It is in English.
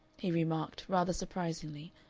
he remarked, rather surprisingly,